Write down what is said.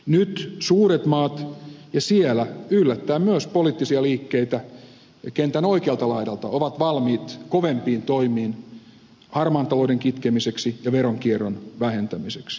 nyt suuret maat ja siellä yllättäen myös poliittisia liikkeitä kentän oikealta laidalta ovat valmiit kovempiin toimiin harmaan talouden kitkemiseksi ja veronkierron vähentämiseksi